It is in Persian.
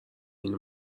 اینو